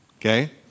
okay